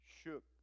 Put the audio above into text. shook